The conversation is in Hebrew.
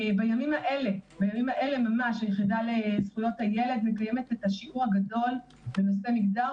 בימים אלה ממש היחידה לזכויות הילד מקיימת את השיעור הגדול בנושא מגדר,